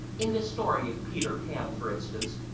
in this story of peter pan, for instance,